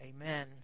amen